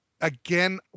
again